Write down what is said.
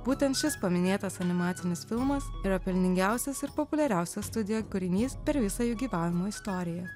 būtent šis paminėtas animacinis filmas yra pelningiausias ir populiariausias studijo kūrinys per visą jų gyvavimo istoriją